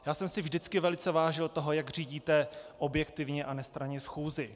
Já jsem si vždycky velice vážil toho, jak řídíte objektivně a nestranně schůzi.